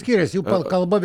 skiriasi jų kal kalba